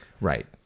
Right